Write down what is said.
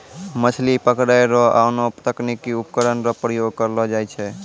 मछली पकड़ै रो आनो तकनीकी उपकरण रो प्रयोग करलो जाय छै